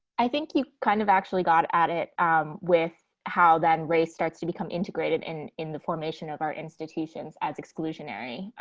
i think you've kind of actually got at it with how then race starts to become integrated in in the formation of our institutions as exclusionary,